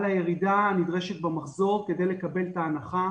הירידה הנדרשת במחזור כדי לקבל את ההנחה.